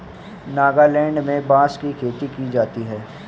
नागालैंड में बांस की खेती की जाती है